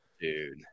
Dude